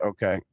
Okay